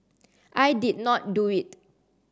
I did not do it